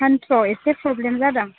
हान्थुआव एसे प्रब्लेम जादों